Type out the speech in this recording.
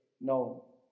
No